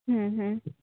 হুম হুম